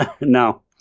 No